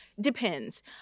depends